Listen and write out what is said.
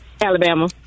Alabama